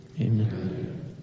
Amen